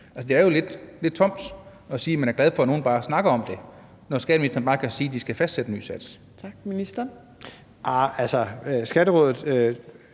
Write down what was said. det er jo lidt tomt at sige, at man er glad for, at de bare snakker om det, når skatteministeren bare kan sige, at rådet skal fastsætte en ny sats.